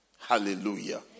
Hallelujah